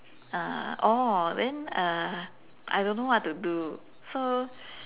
uh oh then uh I don't know what to do so